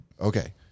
okay